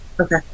okay